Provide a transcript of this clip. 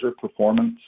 performance